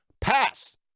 Pass